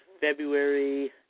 February